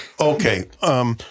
Okay